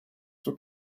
for